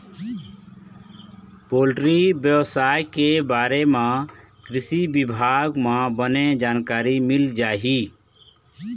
poultry बेवसाय के बारे म कृषि बिभाग म बने जानकारी मिल जाही